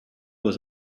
was